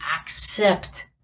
accept